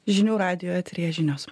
žinių radijo eteryje žinios